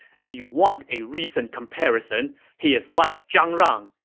if you want a recent comparison, he is like zhang rang.